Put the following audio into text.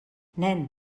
nen